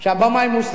הבמאי מוסלמי.